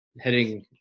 heading